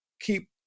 keep